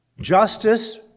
Justice